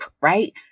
right